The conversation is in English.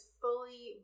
fully